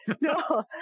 No